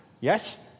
Yes